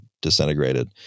disintegrated